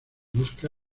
busca